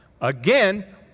again